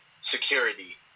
security